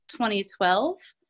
2012